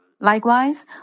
Likewise